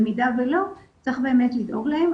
במידה ולא, צריך באמת לדאוג להן.